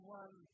one